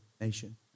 nation